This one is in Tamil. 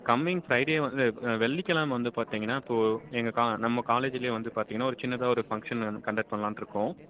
கம்மிங் ஃப்ரைடே வந்து வெள்ளிக்கிழைமை வந்து பார்த்தீங்கன்னா இப்போது எங்கே கா நம்ம காலேஜிலே வந்து பார்த்தீங்கன்னா ஒரு சின்னதாக ஒரு ஃபங்க்ஷன் நான் கண்டக்ட் பண்ணலான்ருக்கோம்